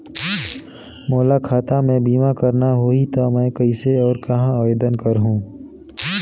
मोला खाता मे बीमा करना होहि ता मैं कइसे और कहां आवेदन करहूं?